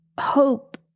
hope